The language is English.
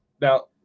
Now